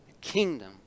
Kingdom